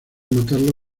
matarlo